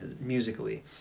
musically